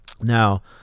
now